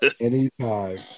Anytime